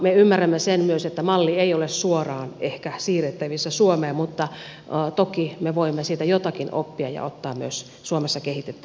me ymmärrämme myös sen että malli ei ole suoraan ehkä siirrettävissä suomeen mutta toki me voimme siitä jotakin oppia ja ottaa myös suomessa kehitettäväksi